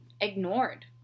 ignored